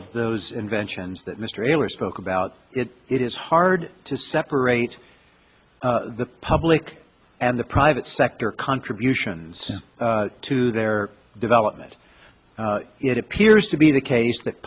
of those inventions that mr taylor spoke about it is hard to separate the public and the private sector contributions to their development it appears to be the case that